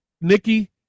Nikki